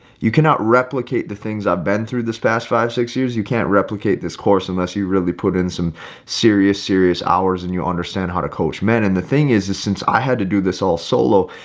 you cannot replicate the things i've been through this past five, six years. you can't replicate this course unless you really put in some serious, serious hours and you understand how to coach men. and the thing is, is since i had to do this all solo,